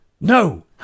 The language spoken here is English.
No